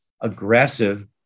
aggressive